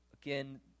Again